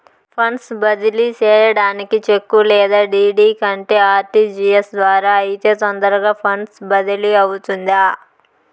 funds బదిలీ సేయడానికి cheque లేదా డీ.డీ కంటే ఆర్.టి.జి.ఎస్ ద్వారా అయితే తొందరగా ఫండ్స్ బదిలీ అవుతుందా